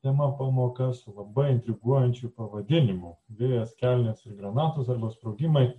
pirma pamoka su labai intriguojančiu pavadinimu vėjas kelnėse granatos arba sprogimai